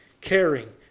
caring